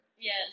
Yes